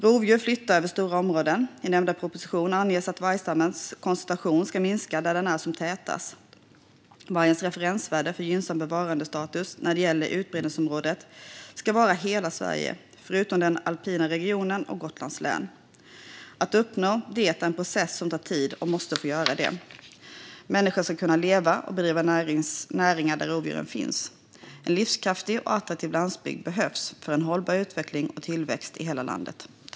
Rovdjur flyttar sig över stora områden. I nämnda proposition anges att vargstammens koncentration ska minskas där den är som tätast. Vargens referensvärde för gynnsam bevarandestatus när det gäller utbredningsområdet ska vara hela Sverige förutom den alpina regionen och Gotlands län. Att uppnå det är en process som tar tid och måste få göra det. Människor ska kunna leva och bedriva näringar där rovdjuren finns. En livskraftig och aktiv landsbygd behövs för en hållbar utveckling och tillväxt i hela landet.